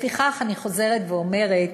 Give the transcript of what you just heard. לפיכך, אני חוזרת ואומרת: